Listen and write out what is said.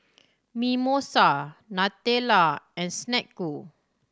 Mimosa Nutella and Snek Ku